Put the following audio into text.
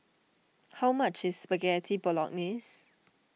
how much is Spaghetti Bolognese